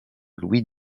louis